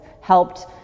helped